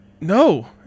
No